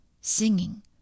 singing